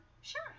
Sure